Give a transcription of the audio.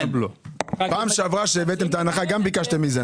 פעם שעברה כשהבאתם את ההנחה גם ביקשתם מזה,